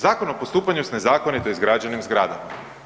Zakon o postupanju s nezakonito izgrađenim zgradama.